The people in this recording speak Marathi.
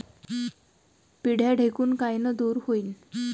पिढ्या ढेकूण कायनं दूर होईन?